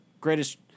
greatest